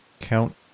count